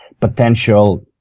potential